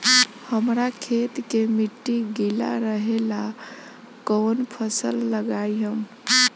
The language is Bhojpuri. हमरा खेत के मिट्टी गीला रहेला कवन फसल लगाई हम?